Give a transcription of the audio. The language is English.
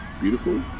Beautiful